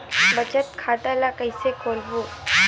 बचत खता ल कइसे खोलबों?